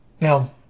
Now